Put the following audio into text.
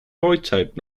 neuzeit